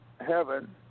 heaven